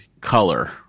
color